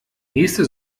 nächste